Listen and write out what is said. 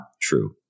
true